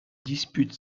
dispute